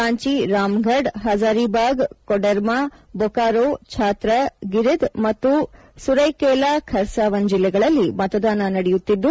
ರಾಂಚಿ ರಾಮಗಢ್ ಹಝಾರಿಬಾಗ್ ಕೊಡೆರ್ಮಾ ಬೊಕಾರೊ ಛಾತ್ರ ಗಿರಿಧ್ ಮತ್ತು ಸರ್ಶೈಕೇಲ ಖರಸಾವನ್ ಜಿಲ್ಲೆಗಳಲ್ಲಿ ಮತದಾನ ನಡೆಯುತ್ತಿದ್ದು